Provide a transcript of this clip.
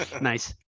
Nice